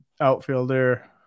outfielder